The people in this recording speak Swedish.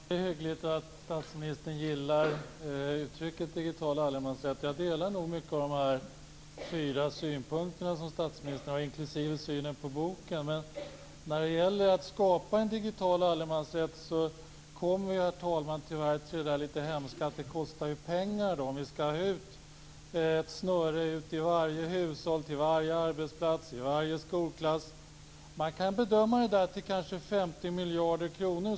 Herr talman! Det är hyggligt att statsministern gillar uttrycket digital allemansrätt, och jag delar nog mycket i de fyra synpunkter som statsministern tar upp - inklusive synen på boken. Men när det gäller att skapa en digital allemansrätt så kommer vi ju, herr talman, till det där lite hemska att det kostar pengar om vi skall ha ut ett snöre till varje hushåll, varje arbetsplats och varje skolklass. Man kan bedöma det där till kanske 50 miljarder kronor.